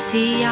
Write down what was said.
See